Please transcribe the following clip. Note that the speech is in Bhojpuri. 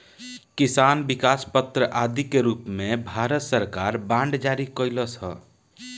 किसान विकास पत्र आदि के रूप में भारत सरकार बांड जारी कईलस ह